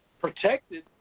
protected